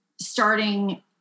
starting